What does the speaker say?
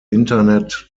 internet